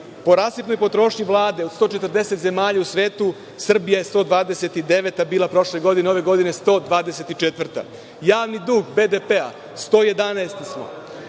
po rasipnoj potrošnji Vlade, od 140 zemalja u svetu Srbija je 129. bila prošle godine, a ove godine je 124. Javni dug BDP-a - 111. smo.